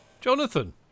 Jonathan